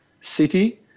city